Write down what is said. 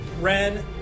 Ren